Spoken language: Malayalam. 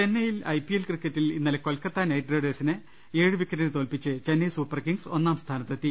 ചെന്നൈയിൽ ഐപിഎൽ ക്രിക്കറ്റിൽ ഇന്നലെ കൊൽക്കത്ത നൈറ്റ് റൈഡേഴ്സിനെ ഏഴ് വിക്കറ്റിന് തോൽപിച്ച് ചെന്നൈ സൂപ്പർ കിങ്സ് ഒന്നാം സ്ഥാനത്തെത്തി